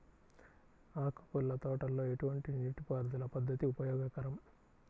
ఆకుకూరల తోటలలో ఎటువంటి నీటిపారుదల పద్దతి ఉపయోగకరం?